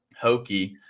hokey